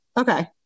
okay